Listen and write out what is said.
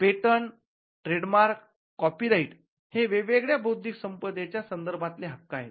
patent शोधावरील हक्क trademark व्यापार चिन्ह कॉपीराइट साहित्य वरचा हक्क हे वेगवेगळ्या बौद्धिक संपदेच्या संदर्भातले हक्क आहेत